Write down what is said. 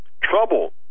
Trouble